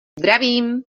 zdravím